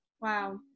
Wow